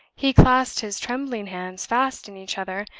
he clasped his trembling hands fast in each other,